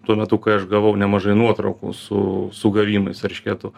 tuo metu kai aš gavau nemažai nuotraukų su sugavimais eršketų